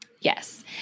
Yes